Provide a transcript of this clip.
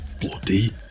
Bloody